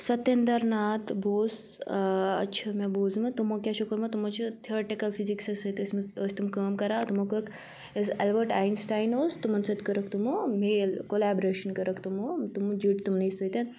ستنٛدَرناتھ بوس آ چھُ مےٚ بوٗزمُت تِمو کیٛاہ چھُ کوٚرمُت تِمو چھِ تھیورٹِکَل فِزِکسَس سۭتۍ ٲسۍ مٕژ ٲسۍ تِم کٲم کَران تِمو کٔرٕکھ یُس ایٚلبٲٹ آینسٹاین اوس تِمَن سۭتۍ کٔرٕکھ تِمو میل کولیبریشَن کٔرٕکھ تِمو تِمو جُڈ تِمنٕے سۭتۍ